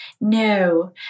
no